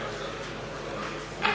Hvala vam